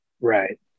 Right